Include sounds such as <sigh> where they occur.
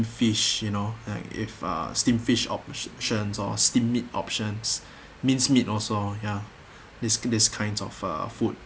fish you know like if ah steam fish options or steam meat options <breath> mincemeat also ya <breath> this this kind of uh food